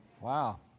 Wow